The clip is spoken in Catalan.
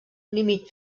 límit